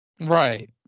Right